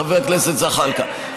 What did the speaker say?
חבר הכנסת זחאלקה,